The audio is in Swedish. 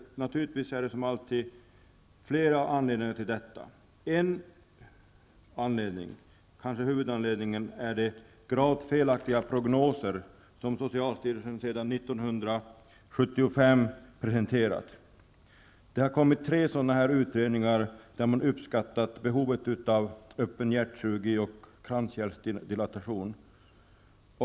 Naturligtvis finns det som alltid flera anledningar till detta. En anledning, kanske huvudanledningen, är de gravt felaktiga prognoser som socialstyrelsen sedan 1975 har presenterat. Det har kommit tre sådana utredningar där man har gjort uppskattningar av behovet av öppenhjärtkirurgi och kranskärlsdilatation.